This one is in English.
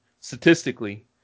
statistically